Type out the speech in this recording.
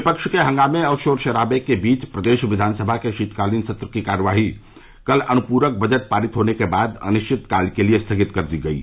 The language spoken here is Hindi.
विपक्ष के हंगामे और शोर शराबे के बीच प्रदेश विधान सभा के शीतकालीन सत्र की कार्यवाही कल अनुप्रक बजट पारित होने के बाद अनिश्चितकाल के लिये स्थगित कर दी गयी